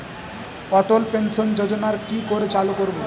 অটল pension যোজনার কি করে চালু করব?